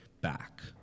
back